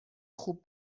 خوب